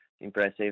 impressive